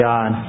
God